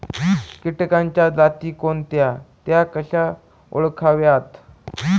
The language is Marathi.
किटकांच्या जाती कोणत्या? त्या कशा ओळखाव्यात?